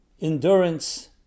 endurance